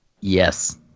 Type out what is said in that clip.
yes